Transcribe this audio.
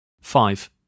Five